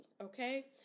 okay